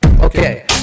Okay